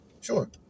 Sure